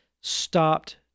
stopped